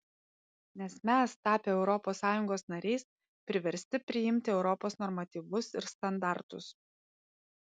nes mes tapę europos sąjungos nariais priversti priimti europos normatyvus ir standartus